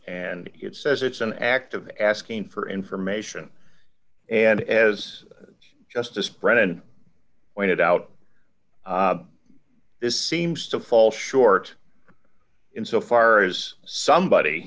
and it says it's an act of asking for information and as justice brennan pointed out this seems to fall short in so far as somebody